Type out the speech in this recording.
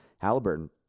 Halliburton